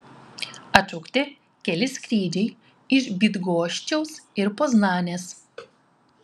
atšaukti keli skrydžiai iš bydgoščiaus ir poznanės